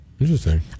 Interesting